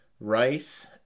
rice